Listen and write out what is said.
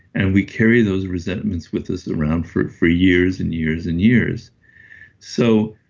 and we carry those resentments with us around for for years and years and years so